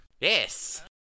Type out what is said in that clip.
Yes